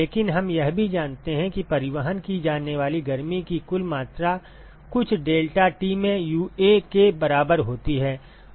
लेकिन हम यह भी जानते हैं कि परिवहन की जाने वाली गर्मी की कुल मात्रा कुछ deltaT में UA के बराबर होती है